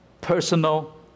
personal